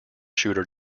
shooter